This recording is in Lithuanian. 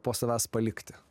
po savęs palikti